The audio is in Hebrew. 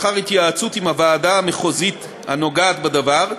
לאחר התייעצות עם הוועדה המחוזית הנוגעת בדבר,